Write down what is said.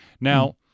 Now